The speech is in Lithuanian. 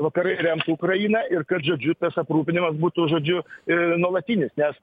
vakarai rems ukrainą ir kad žodžiu tas aprūpinimas būtų žodžiu ir nuolatinis nes